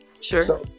sure